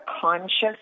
conscious